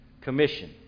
commission